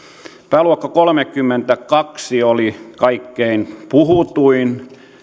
pääluokassa kolmekymmentäkaksi oli kaikkein puhutuin